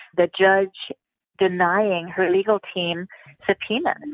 the judge denying her legal team subpoenas.